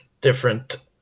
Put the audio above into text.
different